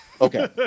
Okay